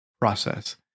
process